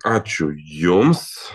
ačiū jums